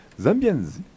Zambians